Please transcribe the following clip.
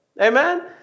Amen